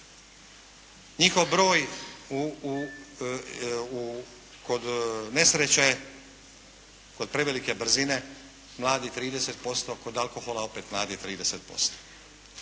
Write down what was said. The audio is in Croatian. Njihov broj kod nesreća je kod prevelike brzine mladi 30%, kod alkohola opet mladi 30%.